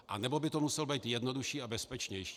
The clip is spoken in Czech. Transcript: Anebo by to muselo být jednodušší a bezpečnější.